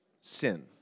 Sin